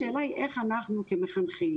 אז השאלה איך אנחנו כמחנכים,